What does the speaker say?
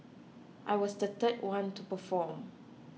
I was the third one to perform